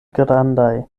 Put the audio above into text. grandaj